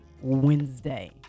Wednesday